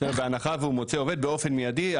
בהנחה והוא מוצא עובד באופן מידי,